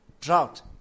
drought